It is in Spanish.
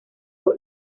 dos